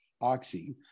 Oxy